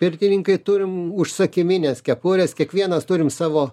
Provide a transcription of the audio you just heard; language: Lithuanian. pirtininkai turim užsakymines kepures kiekvienas turim savo